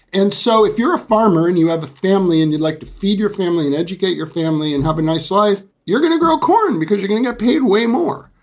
and so if you're a farmer and you have a family and you'd like to feed your family and educate your family and have a nice life, you're going to grow corn because you're getting a paid way more.